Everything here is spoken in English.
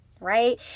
Right